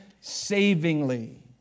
savingly